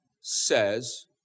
says